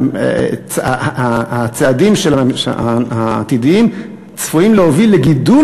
הצעדים העתידיים צפויים להוביל לגידול